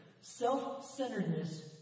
Self-centeredness